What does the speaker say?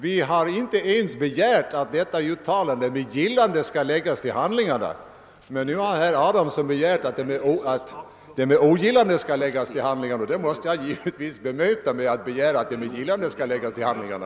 Vi har inte ens begärt att uttalandet med gillande skall läggas till handlingarna, men när nu herr Adamsson har begärt att de med ogillande skall läggas till handlingarna måste jag givetvis bemöta det med ett yrkande, att uttalandet med gillande skall läggas till handlingarna.